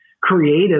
creative